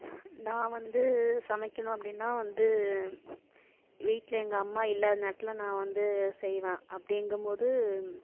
நான் வந்து சமைக்கணும் அப்படின்னா வந்து வீட்டில் எங்கள் அம்மா இல்லாத நேரத்தில் நான் வந்து செய்வேன் அப்படிங்கும் போது